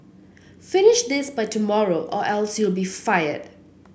finish this by tomorrow or else you'll be fired